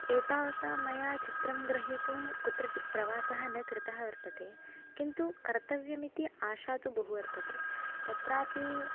एतावता मया चित्रं ग्रहीतुं कुत्रचिद् प्रवासः न कृतः वर्तते किन्तु कर्तव्यम् इति आशा तु बहु वर्तते तत्रापि